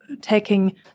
taking